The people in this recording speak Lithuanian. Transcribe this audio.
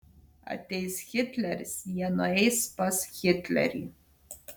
ateis hitleris jie nueis pas hitlerį